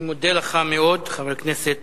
אני מודה לך מאוד, חבר הכנסת